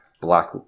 Black